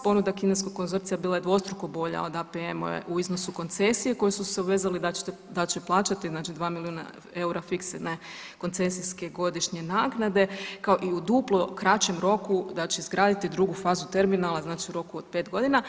Ponuda kineskog konzorcija bila je dvostruko bolja od APM-ove u iznosu koncesije koju su se obvezali da će plaćati znači 2 miliona EUR-a fiksivne koncesijske godišnje naknade kao i u duplo kraćem roku da će izgraditi drugu fazu terminala, znači u roku od 5 godina.